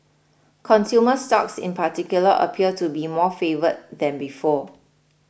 consumer stocks in particular appear to be more favoured than before